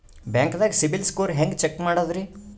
ಬ್ಯಾಂಕ್ದಾಗ CIBIL score ಹೆಂಗ್ check ಮಾಡದ್ರಿ?